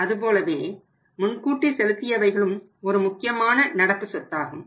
அதுபோலவே முன்கூட்டி செலுத்தியவைகளும் ஒரு முக்கியமான நடப்பு சொத்தாகும்